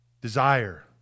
Desire